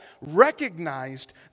recognized